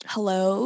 Hello